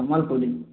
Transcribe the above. Sambalpuri